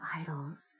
idols